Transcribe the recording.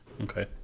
Okay